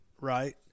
right